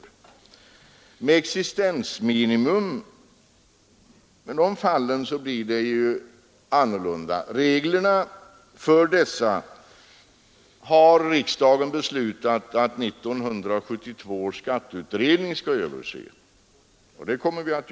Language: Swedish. När det gäller existensminimum vill jag erinra om att riksdagen har beslutat att 1972 års skatteutredning skall överse reglerna för detta.